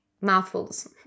Mouthfuls